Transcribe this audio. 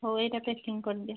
ହଉ ଏଇଟା ପ୍ୟାକିଂ କରିଦିଅ